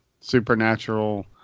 Supernatural